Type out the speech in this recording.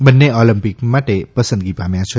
બંને ઓલોમ્પિક માચે પસંદગી પામ્યા છે